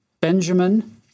Benjamin